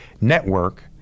network